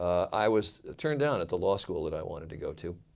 i was turned down at the law school that i wanted to go to.